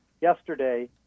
yesterday